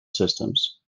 systems